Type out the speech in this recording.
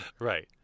Right